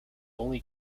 only